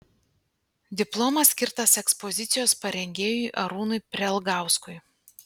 diplomas skirtas ekspozicijos parengėjui arūnui prelgauskui